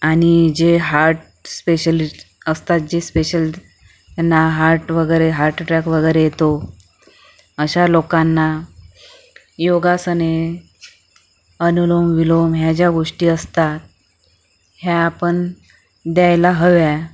आणि जे heart specialist असतात जे स्पेशल त्यांना हार्ट वगैरे हार्ट अटॅक वगैरे येतो अशा लोकांना योगासने अनुलोम विलोम ह्या ज्या गोष्टी असतात ह्या पण द्यायला हव्यात